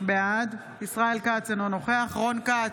בעד ישראל כץ, אינו נוכח רון כץ,